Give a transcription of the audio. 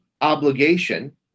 obligation